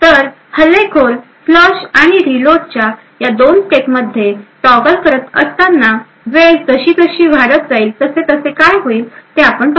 तर हल्लेखोर फ्लश आणि रीलोडच्या या 2 स्टेपमध्ये टॉगल करत असताना वेळ जसजशी वाढत जाईल तसतसे काय होईल ते आपण पाहू